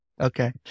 okay